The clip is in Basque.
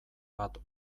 bat